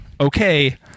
okay